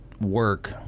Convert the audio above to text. work